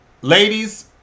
Ladies